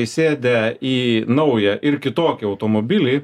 įsėdę į naują ir kitokį automobilį